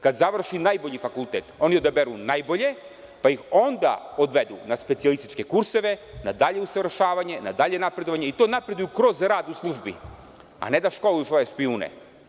Kada završi najbolji fakultet, oni odaberu najbolje, onda odvedu na specijalističke kurseve, na dalje usavršavanje, napredovanje i to napreduju kroz rad u službi, a ne da školuju svoje špijune.